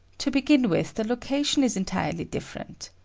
to begin with, the location is entirely different.